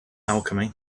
alchemy